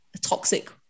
toxic